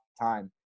time